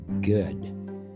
good